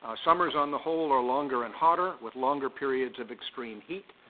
summers, on the whole, are longer and hotter with longer periods of extreme heat.